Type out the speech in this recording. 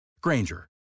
Granger